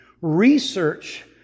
research